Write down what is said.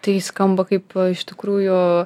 tai skamba kaip iš tikrųjų